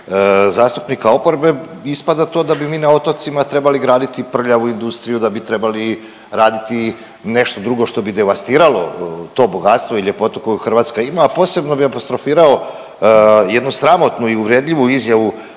zastupnika oporbe ispada to da bi mi na otocima trebali graditi prljavu industriju, da bi trebali raditi nešto drugo što bi devastiralo to bogatstvo i ljepotu koju Hrvatska ima, a posebno bih apostrofirao jednu sramotnu i uvredljivu izjavu